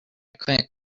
couldn’t